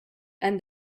and